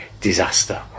disaster